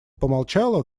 помолчала